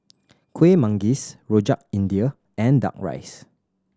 Kueh Manggis Rojak India and Duck Rice